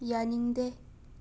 ꯌꯥꯅꯤꯡꯗꯦ